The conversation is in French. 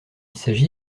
s’agit